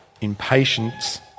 impatience